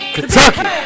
Kentucky